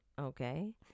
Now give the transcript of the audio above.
Okay